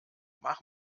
mach